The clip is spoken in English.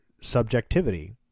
subjectivity